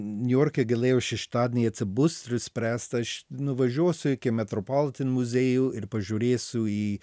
niujorke galėjau šeštadienį atsibust ir spręst aš nuvažiuosiu iki metropolitan muziejų ir pažiūrėsiu į